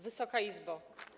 Wysoka Izbo!